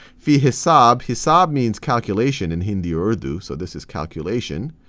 fihisab, hisab means calculation in hindi or urdu, so this is calculation.